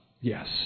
Yes